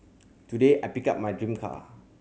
today I picked up my dream car